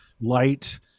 light